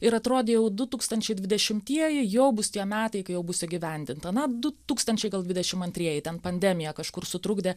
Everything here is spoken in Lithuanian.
ir atrodė jau du tūkstančiai dvidešimtieji jau bus tie metai kai jau bus įgyvendinta na du tūkstančiai gal dvidešim antrieji ten pandemija kažkur sutrukdė